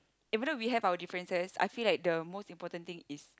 even though we have our differences I feel like the most important thing is